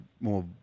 more